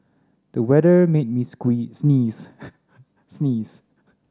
the weather made me sneeze sneeze